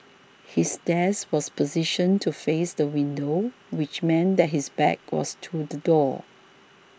his desk was positioned to face the window which meant that his back was to the door